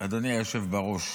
אדוני היושב בראש,